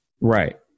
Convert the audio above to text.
Right